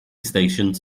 stations